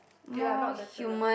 okay lah not better lah